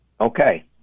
Okay